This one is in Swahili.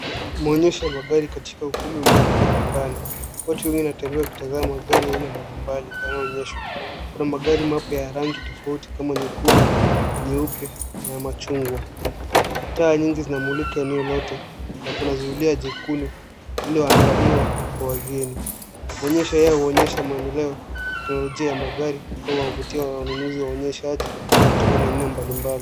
Maonyesho ya magari katika ukumbi mkubwa wa ndani watu wengi wanatembea wakitazama magari ya aina mbali mbali yanayo onyeshwa kuna magari mapya ya rangi tofauti kama nyekundu, nyeupe na ya machungwa. Taa nyingi zinamulika eneo lote na kuna zulia jekundu lililo andaliwa kwa wageni. Moanyesho haya huonyesha maendeleo ya teknolojia ya magari huwavutia wanunuzi na waonyeshaji kutoka maeneo mbali mbali.